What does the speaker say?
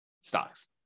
stocks